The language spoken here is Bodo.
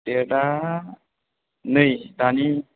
देटआ नै दानि